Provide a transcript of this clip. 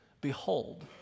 Behold